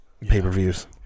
pay-per-views